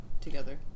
together